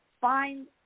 find